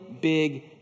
big